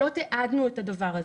ולא תיעדנו את הדבר הזה,